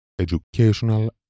educational